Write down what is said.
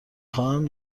خواهم